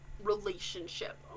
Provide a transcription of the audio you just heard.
relationship